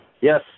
Yes